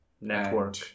network